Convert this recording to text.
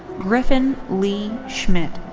griffin lee schmitt.